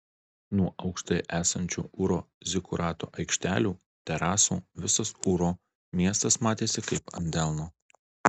nuo aukštai esančių ūro zikurato aikštelių terasų visas ūro miestas matėsi kaip ant delno